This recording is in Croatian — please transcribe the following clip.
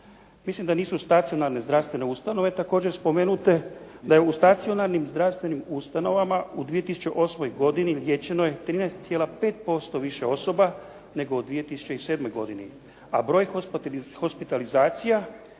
Mislim da nisu stacionarne zdravstvene ustanove također spomenute. U stacionarnim zdravstvenim ustanovama u 2008. liječeno je 13,5% više osoba nego u 2007. godini, a broj hospitalizacija